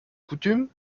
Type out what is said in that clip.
coutume